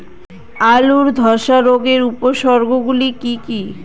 আলুর ধ্বসা রোগের উপসর্গগুলি কি কি?